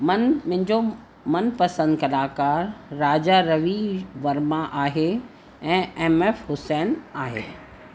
मनु मुंहिंजो मनपसंदि कलाकारु राजा रवि वर्मा आहे ऐं एम एफ हुसैन आहे